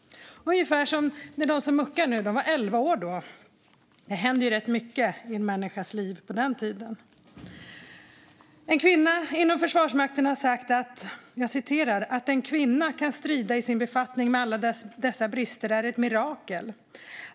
De som muckar nu var elva år när han tillträdde. Det händer rätt mycket i en människas liv på den tiden. En kvinna inom Försvarsmakten har sagt: "Att en kvinna kan strida i sin befattning med alla dessa brister är ett mirakel.